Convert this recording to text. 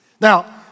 Now